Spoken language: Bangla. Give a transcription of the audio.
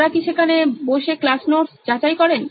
তারা কি সেখানে বসে ক্লাস নোটস যাচাই করেন